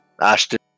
Ashton